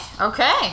Okay